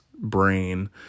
brain